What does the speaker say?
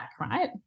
right